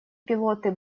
пилоты